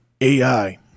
AI